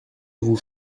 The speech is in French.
vous